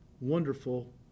wonderful